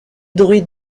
druides